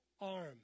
arm